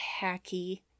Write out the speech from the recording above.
hacky